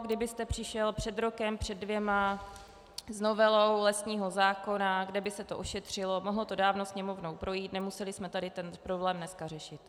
Kdybyste přišel před rokem, před dvěma s novelu lesního zákona, kde by se to ošetřilo, mohlo to dávno Sněmovnou projít, nemuseli jsme tady ten problém dneska řešit.